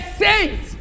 saints